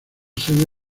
sede